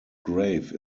grave